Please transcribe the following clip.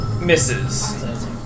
misses